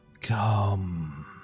come